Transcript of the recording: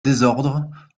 désordre